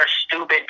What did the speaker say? stupid